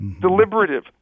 deliberative